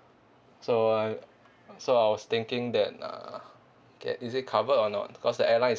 so I so I was thinking that uh that is it covered or not cause the airline is